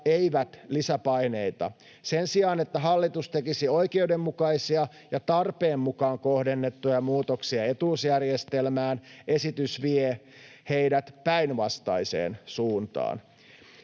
eivät lisäpaineita. Sen sijaan, että hallitus tekisi oikeudenmukaisia ja tarpeen mukaan kohdennettuja muutoksia etuusjärjestelmään, esitys vie heidät päinvastaiseen suuntaan.